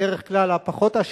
בדרך כלל הפחות-עשירים,